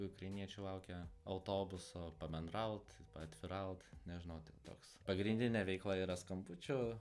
ukrainiečiai laukia autobuso pabendraut paatviraut nežinau tik toks pagrindinė veikla yra skambučių